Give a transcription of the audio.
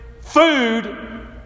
food